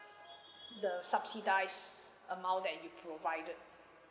the subsidised amount that you provided